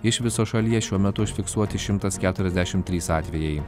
iš viso šalyje šiuo metu užfiksuoti šimtas keturiasdešimt trys atvejai